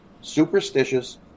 superstitious